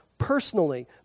Personally